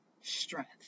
strength